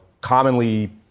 commonly